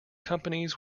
companies